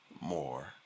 more